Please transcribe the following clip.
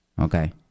Okay